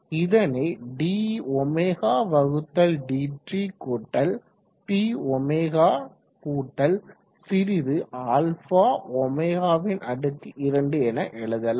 இதனை dωdt கூட்டல் Bω கூட்டல் சிறிது αω2 என எழுதுவோம்